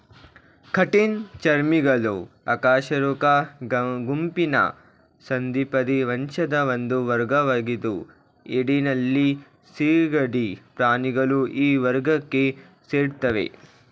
ಕಠಿಣ ಚರ್ಮಿಗಳು ಅಕಶೇರುಕ ಗುಂಪಿನ ಸಂಧಿಪದಿ ವಂಶದ ಒಂದು ವರ್ಗವಾಗಿದ್ದು ಏಡಿ ನಳ್ಳಿ ಸೀಗಡಿ ಪ್ರಾಣಿಗಳು ಈ ವರ್ಗಕ್ಕೆ ಸೇರ್ತವೆ